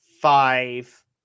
five